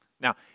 Now